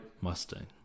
Mustang